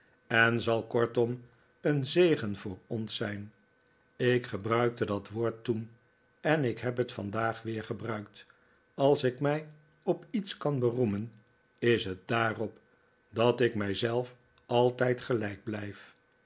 en zal kortom een zegen voor ons zijn ik gebruikte dat woord toen en ik heb het vandaag weer gebruikt als ik mij op iets kan beroemen is het daarop dat ik mij zelf altijd gelijk blijf